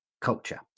culture